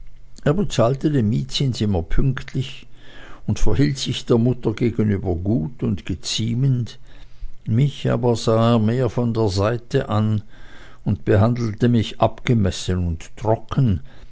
er bezahlte den mietzins immer pünktlich und verhielt sich der mutter gegenüber gut und geziemend mich aber sah er mehr von der seite an und behandelte mich abgemessen und trocken